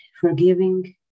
forgiving